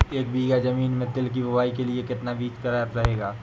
एक बीघा ज़मीन में तिल की बुआई के लिए कितना बीज प्रयाप्त रहेगा?